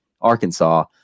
Arkansas –